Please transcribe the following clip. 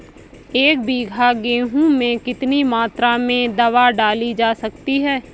एक बीघा गेहूँ में कितनी मात्रा में दवा डाली जा सकती है?